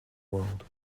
world